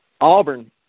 Auburn